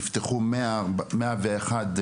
נפתחו 101 כיתות,